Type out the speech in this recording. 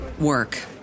work